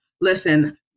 listen